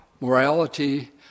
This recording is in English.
morality